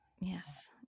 yes